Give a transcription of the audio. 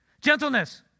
Gentleness